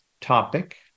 topic